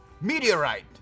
Meteorite